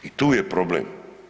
I tu je problem.